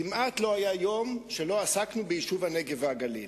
כמעט לא היה יום שלא עסקנו ביישוב הנגב והגליל,